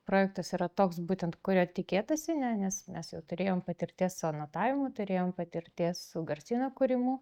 projektas yra toks būtent kurio tikėtasi ne nes mes jau turėjom patirties su anotavimu turėjom patirties su garsyno kūrimu